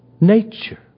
nature